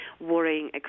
worrying